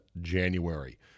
January